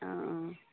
অঁ অঁ